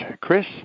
Chris